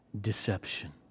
deception